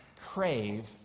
crave